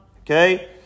Okay